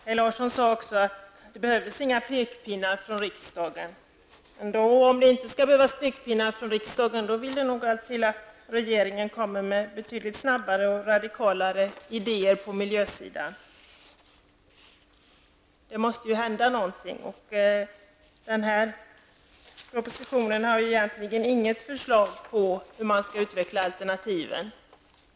Kaj Larsson sade också att det inte behövdes några pekpinnar från riksdagen. Om det inte skall behövas några pekpinnar från riksdagen vill det nog till att regeringen kommer med betydligt snabbare och radikalare idéer på miljöområdet. Det måste ju hända någonting. I propositionen återfinns egentligen inget förslag om hur man skall utveckla alternativen.